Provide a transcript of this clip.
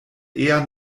eher